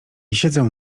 siedzę